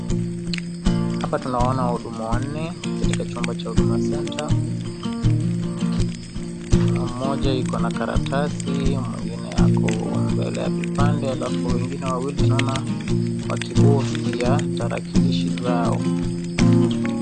Hapa tunaona wahudumu wanne katika chumba cha huduma centre. Mmoja yuko na karatasi na mwingine ako mbele ya vipande alafu wengine wawili tunaona wakibofya tarakilishi zao.